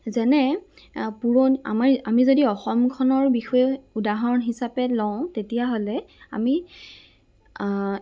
যেনে এ পুৰণি আমাৰ আমি যদি অসমখনৰ বিষয়ে উদাহৰণ হিচাপে লওঁ তেতিয়াহ'লে আমি আ